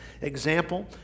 example